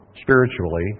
spiritually